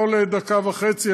לא לדקה וחצי,